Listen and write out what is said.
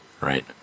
right